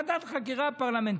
ועדת חקירה פרלמנטרית,